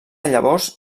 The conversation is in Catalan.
llavors